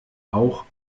auch